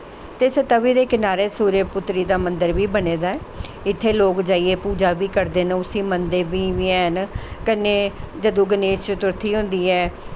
ते इस तवी दे कनारे सूर्य पुत्री दा मन्दर बी बने दा ऐ इत्थें लोक जाइयै पूजा बी करदे न उसी मन्नदे बी हैन ते कन्नै जदूं गणोश चतुर्थी होंदी ऐ